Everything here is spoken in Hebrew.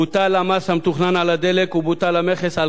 בוטל המס המתוכנן על הדלק ובוטל המכס על